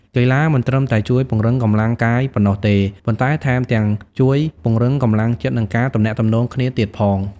កីឡាមិនត្រឹមតែជួយពង្រឹងកម្លាំងកាយប៉ុណ្ណោះទេ ប៉ុន្តែថែមទាំងជួយ ពង្រឹងកម្លាំងចិត្ត និងការទំនាក់ទំនងគ្នាទៀតផង។